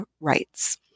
rights